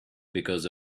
because